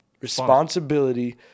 responsibility